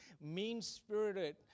mean-spirited